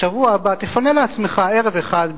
בשבוע הבא תפנה לעצמך ערב אחד,